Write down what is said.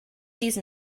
these